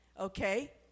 Okay